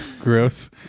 gross